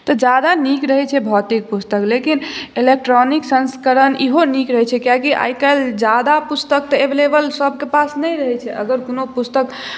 तऽ ज्यादा नीक रहैत छै भौतिक पुस्तक लेकिन इलेक्ट्रॉनिक संस्करण इहो नीक रहैत छै कियाकि आइकाल्हि ज्यादा पुस्तक तऽ एवलेवल सभके पास नहि रहैत छै अगर कोनो पुस्तक